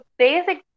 basic